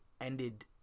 ended